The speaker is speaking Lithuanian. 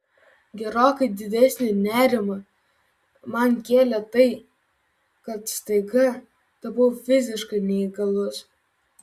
gerokai didesnį nerimą man kėlė tai kad staiga tapau fiziškai neįgalus